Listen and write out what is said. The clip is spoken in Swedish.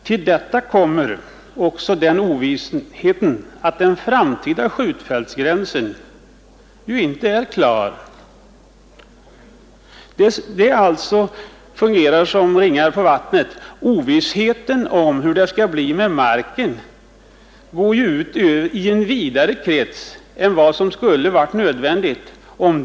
Till detta kommer ovissheten om den framtida skjutfältsgränsen, och det hela fungerar som ringar på vattnet. Ovissheten om hur det skall bli med marken sprider sig i vidare krets än vad som skulle ha varit nödvändigt.